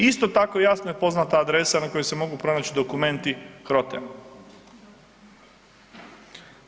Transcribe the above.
Isto tako jasno je poznata adresa na kojoj se mogu pronaći dokumenti HROTE-a.